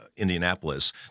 Indianapolis